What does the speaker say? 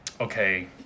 Okay